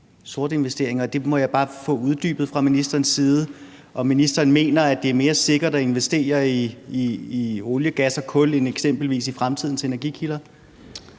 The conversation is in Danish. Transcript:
sorte investeringer. Det må jeg bare bede om at få uddybet fra ministerens side, altså om ministeren mener, at det er mere sikkert at investere i olie, gas og kul end eksempelvis i fremtidens energikilder.